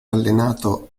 allenato